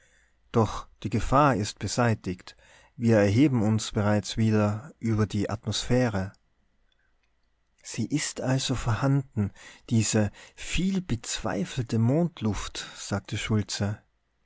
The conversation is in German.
doch die gefahr ist beseitigt wir erheben uns bereits wieder über die atmosphäre sie ist also vorhanden diese vielbezweifelte mondluft sagte schultze